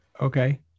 Okay